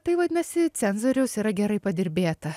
tai vadinasi cenzoriaus yra gerai padirbėta